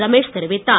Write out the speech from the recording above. ரமேஷ் தெரிவித்தார்